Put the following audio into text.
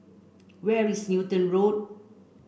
where is Newton Road